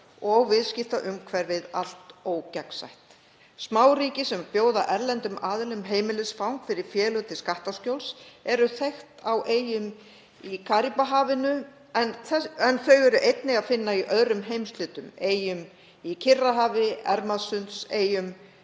og viðskiptaumhverfið allt ógagnsætt. Smáríki sem bjóða erlendum aðilum heimilisfang fyrir félög til skattaskjóls eru þekkt á eyjum í Karíbahafinu, en þau er einnig að finna í öðrum heimshlutum, á eyjum í Kyrrahafi, Ermasundseyjum,